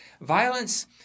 Violence